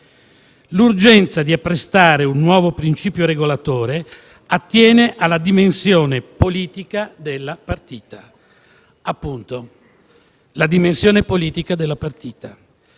L'urgenza di apprestare un nuovo principio regolatore attiene alla dimensione politica della partita.